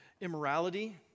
immorality